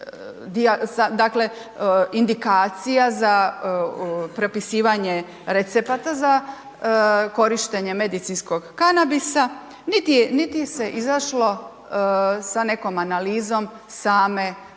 dakle, indikacija za propisivanje recepata za korištenje medicinskog kanabisa, niti je se izašlo sa nekom analizom same upotrebe,